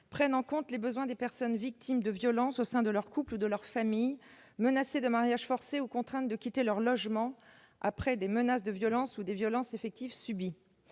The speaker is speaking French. prenne en compte « les besoins des personnes victimes de violences au sein de leur couple ou de leur famille, menacées de mariage forcé ou contraintes de quitter leur logement après des menaces de violence ou des violences effectivement subies